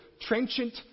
trenchant